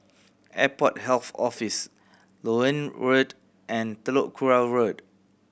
Airport Health Office Loewen Road and Telok Kurau Road